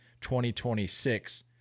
2026